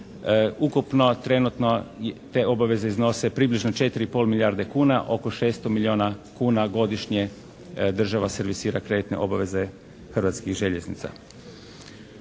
Ukupno trenutno te obaveze iznose približno 4 i pol milijarde kuna, oko 600 milijuna kuna godišnje država servisira državne kreditne obaveze Hrvatskih željeznica.